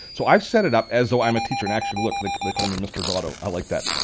so i've set it up as though i'm a teacher and actually look, they call me mr. dotto. i like that.